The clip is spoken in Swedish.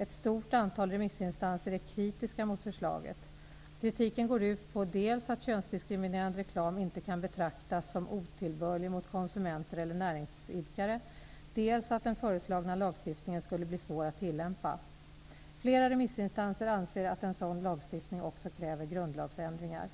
Ett stort antal remissinstanser är kritiska mot förslaget. Kritiken går ut på dels att könsdiskriminerande reklam inte kan betraktas som otillbörlig mot konsumenter eller näringsidkare, dels att den föreslagna lagstiftningen skulle bli svår att tillämpa. Flera remissinstanser anser att en sådan lagstiftning också kräver grundlagsändringar.